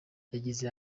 yagize